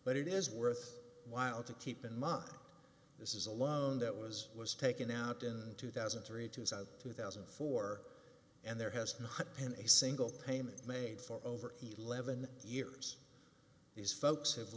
but it is worth while to keep in mind this is a loan that was was taken out in two thousand and three two is out of two thousand and four and there has not been a single payment made for over eleven years these folks have